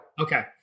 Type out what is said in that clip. Okay